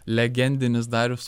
legendinis darius